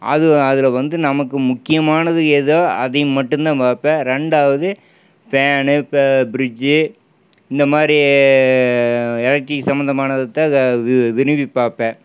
அது அதில் வந்து நமக்கு முக்கியமானது எதோ அதை மட்டும் தான் பாப்பேன் ரெண்டாவது ஃபேனு ஃபிரிட்ஜ்ஜி இந்தமாதிரி எலெக்ட்ரிக் சம்மந்தமானதை தான் விரும்பி பாப்பேன்